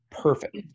perfect